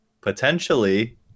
potentially